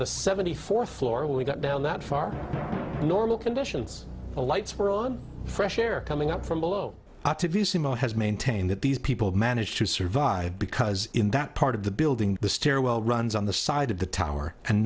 the seventy fourth floor we got down that far the normal conditions the lights were on fresh air coming up from below has maintained that these people managed to survive because in that part of the building the stairwell runs on the side of the tower and